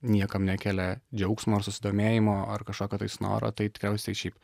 niekam nekelia džiaugsmo ar susidomėjimo ar kažkokio tais noro tai tikriausiai šiaip